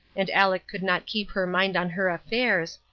and aleck could not keep her mind on her affairs,